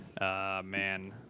man